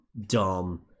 dumb